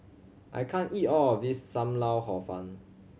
I can't eat all of this Sam Lau Hor Fun